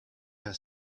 her